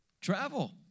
Travel